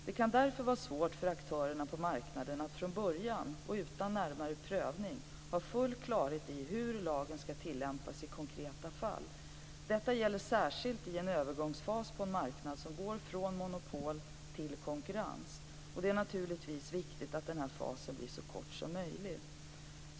Det kan därför vara svårt för aktörerna på marknaden att från början och utan närmare prövning ha full klarhet i hur lagen skall tillämpas i konkreta fall. Detta gäller särskilt i en övergångsfas på en marknad som går från monopol till konkurrens. Det är naturligtvis viktigt att den här fasen blir så kort som möjligt.